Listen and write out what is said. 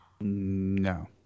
No